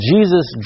Jesus